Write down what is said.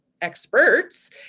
experts